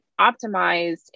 optimized